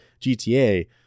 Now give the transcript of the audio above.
GTA